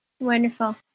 Wonderful